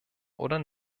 oder